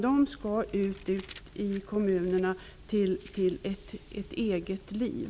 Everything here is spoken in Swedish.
De skall ut i kommunerna till ett eget liv.